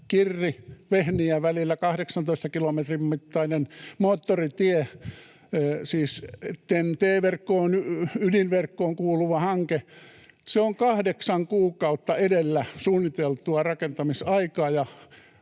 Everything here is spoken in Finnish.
Kirri—Vehniä-välillä 18 kilometrin mittainen moottoritie, siis TEN-T-ydinverkkoon kuuluva hanke. Se on kahdeksan kuukautta edellä suunniteltua rakentamisaikaa